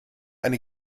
eine